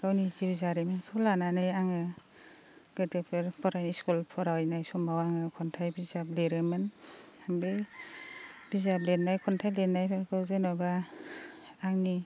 गावनि जिउ जारिमिनखौ लानानै आङो गोदोफोर स्कुल फरायनाय समाव आङो खन्थाइ बिजाब लिरोमोन आं बै बिजाब लिरनाय खन्थाइ लिरनायफोरखौ जेनेबा आंनि